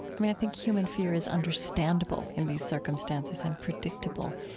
i think human fear is understandable in these circumstances and predictable.